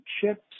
chips